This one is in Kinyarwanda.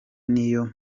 niyo